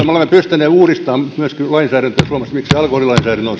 me olemme pystyneet uudistamaan myöskin lainsäädäntöä suomessa miksi alkoholilainsäädäntö on